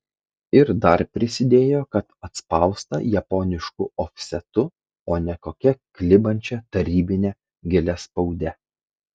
ir dar prisidėjo kad atspausta japonišku ofsetu o ne kokia klibančia tarybine giliaspaude